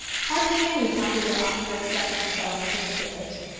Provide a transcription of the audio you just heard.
hardly any popular author except myself thinks of it.